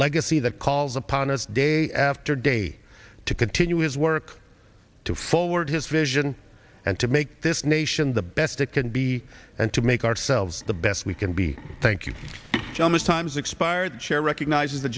legacy that calls upon us day a after day to continue his work to forward his vision and to make this nation the best it can be and to make ourselves the best we can be thank you so much times expired chair recognizes the